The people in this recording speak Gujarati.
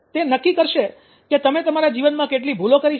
તે નક્કી કરશે કે તમે તમારા જીવનમાં કેટલી ભૂલો કરી છે